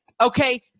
Okay